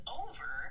over